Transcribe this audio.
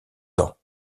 temps